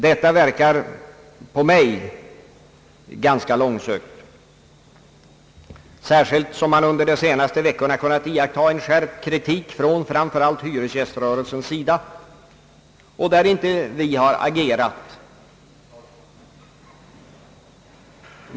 Detta verkar på mig ganska långsökt, särskilt som man under de senaste veckorna kunnat iaktta en skärpt kritik från framför allt hyresgäströrelsens sida, där vi ju inte har agerat.